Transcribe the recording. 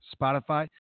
Spotify